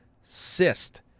cyst